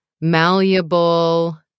malleable